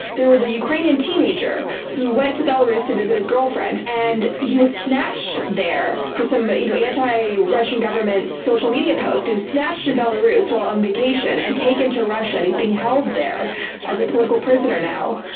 there was a ukrainian teenager who went to belarus to visit his girlfriend, and he was snatched there for some but you know anti-russian government social media post. he was snatched in and belarus while on vacation, and taken to russia, and he's being held there as a political prisoner now.